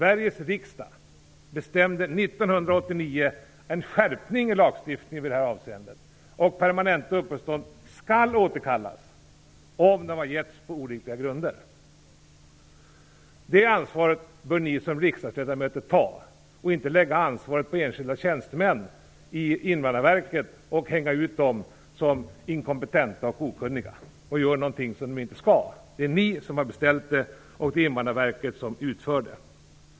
1989 om en skärpning av lagstiftningen i detta avseende. Permanenta uppehållstillstånd skall återkallas om de har getts på oriktiga grunder. Det ansvaret bör riksdagsledamöterna påta sig, och inte skjuta det på enskilda tjänstemän i Invandrarverket, som hängs ut som om de vore inkompetenta och okunniga och gör något som de inte borde. Det är riksdagen som har beslutat om detta och det är Invandrarverket som utför det.